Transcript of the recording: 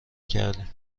کردیم